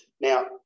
now